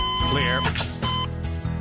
Clear